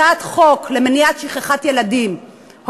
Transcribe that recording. הצעת חוק למניעת שכחת ילדים,